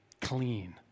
clean